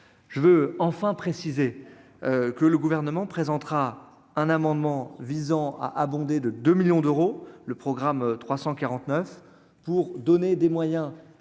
je veux enfin précisé que le gouvernement présentera un amendement visant à abonder de 2 millions d'euros, le programme 349 pour donner des moyens